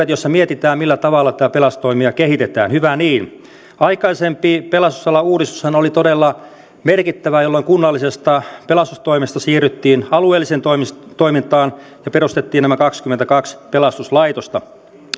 joissa mietitään millä tavalla pelastustoimea kehitetään hyvä niin aikaisempi pelastusalan uudistushan oli todella merkittävä jolloin kunnallisesta pelastustoimesta siirryttiin alueelliseen toimintaan toimintaan ja perustettiin nämä kaksikymmentäkaksi pelastuslaitosta